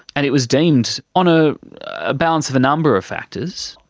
and it was deemed, on ah a balance of a number of factors,